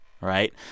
right